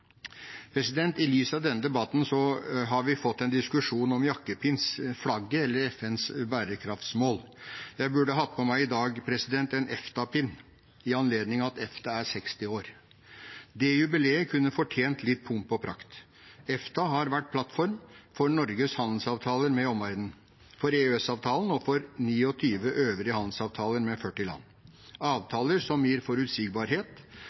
I lys av denne debatten har vi fått en diskusjon om jakkepins – flagget eller FNs bærekraftmål. Jeg burde hatt på meg en EFTA-pin i dag i anledning at EFTA er 60 år. Det jubileet kunne fortjent litt pomp og prakt. EFTA har vært plattformen for Norges handelsavtaler med omverdenen, for EØS-avtalen og for 29 øvrige handelsavtaler med 40 land – avtaler som gir forutsigbarhet